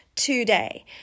Today